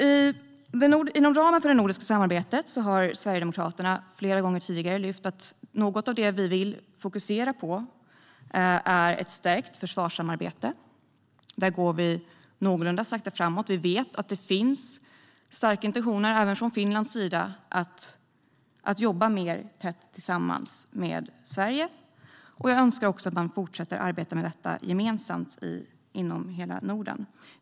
Inom ramen för det nordiska samarbetet har Sverigedemokraterna flera gånger tidigare lyft fram att vi bland annat vill fokusera på ett stärkt försvarssamarbete. Det går någorlunda framåt där, om än sakta. Vi vet att det finns starka intentioner även i Finland för att jobba mer tätt ihop med Sverige. Jag önskar att man fortsätter att arbeta med detta inom hela Norden.